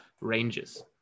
ranges